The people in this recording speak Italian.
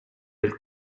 del